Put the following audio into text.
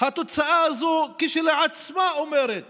התוצאה הזאת כשלעצמה אומרת